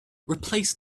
replace